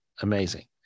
amazing